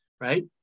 right